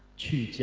qi